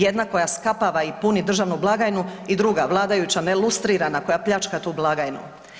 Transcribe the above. Jedna koja skapava i puni državnu blagajnu i druga vladajuća nelustrirana koja pljačka tu blagajnu.